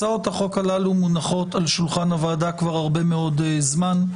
הצעות החוק הללו מונחות על שולחן הוועדה כבר הרבה מאוד זמן.